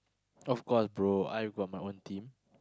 of course bro I got my own team